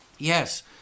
Yes